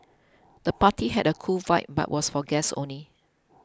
the party had a cool vibe but was for guests only